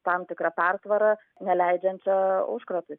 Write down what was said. tam tikra pertvara neleidžiančia užkratui